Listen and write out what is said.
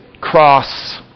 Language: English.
Cross